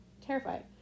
Terrified